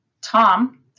tom